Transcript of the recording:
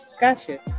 Gotcha